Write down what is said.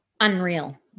Unreal